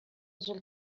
зур